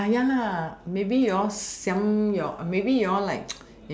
ya lah maybe you all siam your maybe you all like